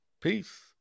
Peace